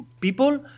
people